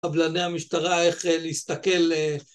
קבלני המשטרה איך להסתכל